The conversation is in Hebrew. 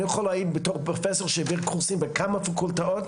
אני יכול להעיד בתור פרופסור שהעברי קורסים בכמה פקולטות,